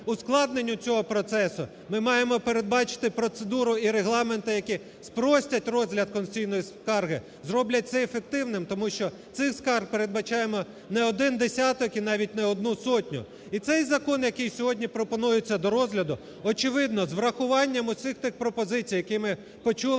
ускладненню цього процесу. Ми маємо передбачити процедуру і регламенти, які спростять розгляд конституційної скарги, зроблять це ефективним. Тому що цих скарг передбачаємо не один десяток і навіть не одну сотню. І цей закон, який сьогодні пропонується до розгляду, очевидно, з врахуванням тих пропозицій, які почули